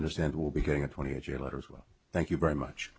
understand will be getting a twenty eight year letters well thank you very much